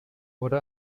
wurde